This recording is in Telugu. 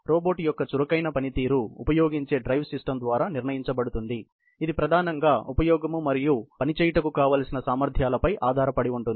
రోబోట్ యొక్క చురుకైన పనితీరు ఉపయోగించే డ్రైవ్ సిస్టమ్ ద్వారా నిర్ణయించబడుతుంది ఇది ప్రధానంగా ఉపయోగం మరియు పని చేయుటకు కావలసిన సామర్థ్యంలపై ఆధారపడి ఉంటుంది